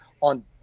on –